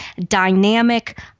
dynamic